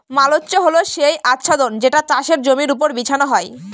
mulch হল সেই আচ্ছাদন যেটা চাষের জমির ওপর বিছানো হয়